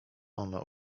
ono